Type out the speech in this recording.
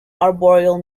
arboreal